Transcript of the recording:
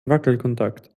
wackelkontakt